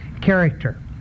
character